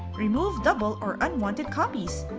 remove double or unwanted copies.